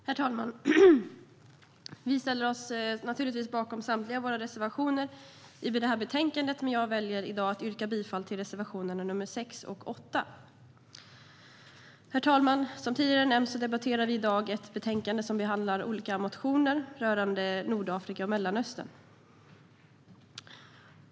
Herr talman! Vi ställer oss naturligtvis bakom samtliga våra reservationer i betänkandet, men jag väljer att yrka bifall endast till reservationerna 6 och 8. Herr talman! Som tidigare nämnts debatterar vi ett betänkande som behandlar olika motioner rörande Nordafrika och Mellanöstern.